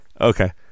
Okay